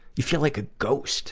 you feel like a ghost